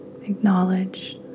Acknowledge